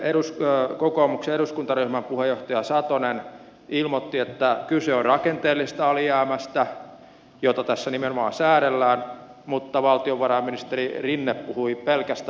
eilen kokoomuksen eduskuntaryhmän puheenjohtaja satonen ilmoitti että kyse on rakenteellisesta alijäämästä jota tässä nimenomaan säädellään mutta valtiovarainministeri rinne puhui pelkästä alijäämästä